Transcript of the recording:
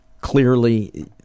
clearly